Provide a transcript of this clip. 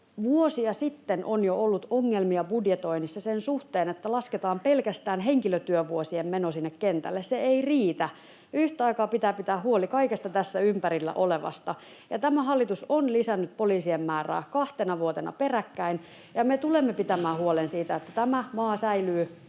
vuosia sitten on ollut ongelmia budjetoinnissa sen suhteen, että lasketaan pelkästään henkilötyövuosien meno sinne kentälle. Se ei riitä. Yhtä aikaa pitää pitää huoli kaikesta tässä ympärillä olevasta. [Leena Meren välihuuto] Tämä hallitus on lisännyt poliisien määrää kahtena vuotena peräkkäin, ja me tulemme pitämään huolen siitä, että tämä maa säilyy